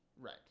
right